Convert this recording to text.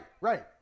Right